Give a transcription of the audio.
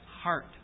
heart